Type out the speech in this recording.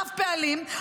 רב-פעלים,